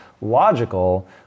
logical